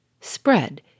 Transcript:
spread